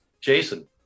Jason